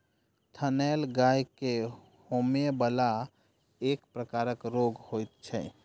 थनैल गाय के होमय बला एक प्रकारक रोग होइत छै